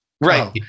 right